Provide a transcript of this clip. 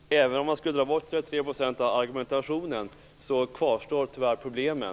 Fru talman! Även om man skulle dra bort 33 % av argumentationen, kvarstår tyvärr problemen.